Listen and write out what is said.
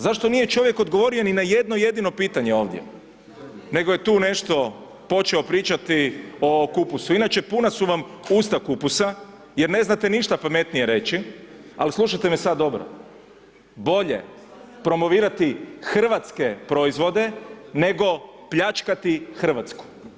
Zašto nije čovjek odgovorio ni na jedno jedino pitanje ovdje, nego je tu nešto počeo pričati o kupusu, inače puna su vam usta kupusa jer ne znate ništa pametnije reći, al slušajte me sad dobro, bolje promovirati hrvatske proizvode, nego pljačkati RH.